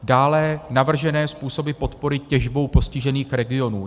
Dále navržené způsoby podpory těžbou postižených regionů.